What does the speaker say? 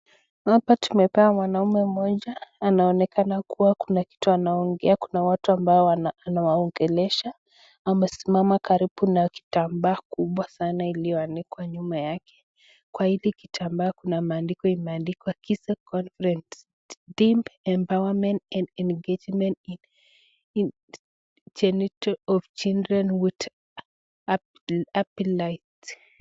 Hapa tumeka wanaume mmoja anaonekana kuwa kitu anaongea kuwa kuna watu ambao wanaongelesha amesimama kitampa kubwa sana ilioanikwa nyuma yake kwa hili kitambaa Kuna maandiko imeandikwa kiza conference team empowerment and engagement in children with happilite .